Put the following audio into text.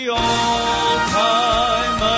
all-time